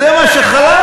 זה מה שחלף.